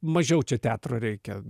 mažiau čia teatro reikia